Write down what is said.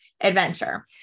adventure